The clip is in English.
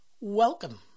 Welcome